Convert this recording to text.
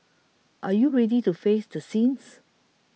are you ready to face the sins